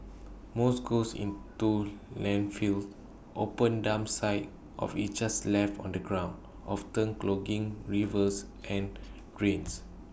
most goes into landfills open dump sites of IT just left on the ground often clogging rivers and drains